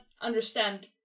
understand